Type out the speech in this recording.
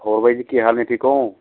ਹੋਰ ਬਾਈ ਜੀ ਕੀ ਹਾਲ ਨੇ ਠੀਕ ਹੋ